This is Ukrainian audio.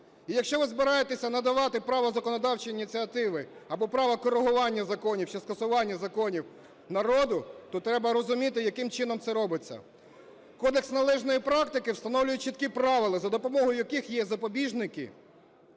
І, якщо ви збираєтесь надавати право законодавчої ініціативи або право корегування законів чи скасування законів народу, то треба розуміти, яким чином це робиться. Кодекс належної практики встановлює чіткі правила, за допомогою яких є запобіжники,